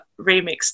remixed